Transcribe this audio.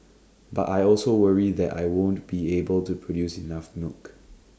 but I also worry that I won't be able to produce enough milk